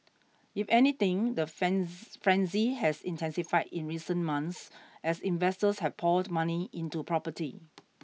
if anything the frenzy has intensified in recent months as investors have poured money into property